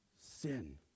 sin